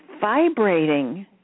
vibrating